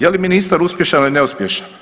Je li ministar uspješan ili neuspješan?